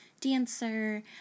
dancer